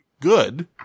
good